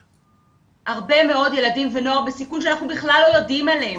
יש הרבה מאוד ילדים ונוער בסיכון שאנחנו בכלל לא יודעים עליהם,